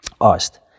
asked